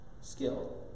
skill